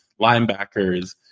linebackers